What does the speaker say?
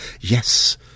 Yes